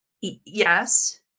Yes